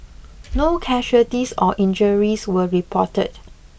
no casualties or injuries were reported